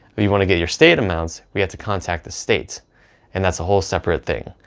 if you want to get your state amount, we have to contact the state and that's a whole separate thing.